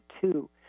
two